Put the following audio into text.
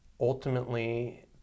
ultimately